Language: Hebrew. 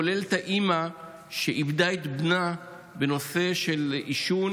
כולל את האימא שאיבדה את בנה בגלל עישון